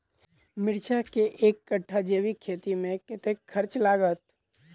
मिर्चा केँ एक कट्ठा जैविक खेती मे कतेक खर्च लागत?